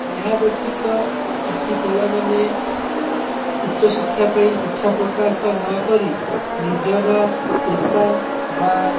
ଏହା ବ୍ୟତୀତ କିଛି ପିଲାମାନେ ଉଚ୍ଚ ଶିକ୍ଷା ପାଇଁ ଇଚ୍ଛା ପ୍ରକାଶ ନ କରି ନିଜର ପେସା ବା